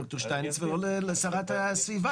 ד"ר שטייניץ ולא לשרת הסביבה,